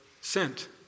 sent